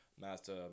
master